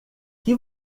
que